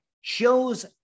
shows